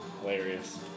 Hilarious